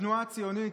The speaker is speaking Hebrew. התנועה הציונית,